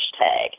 hashtag